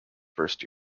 first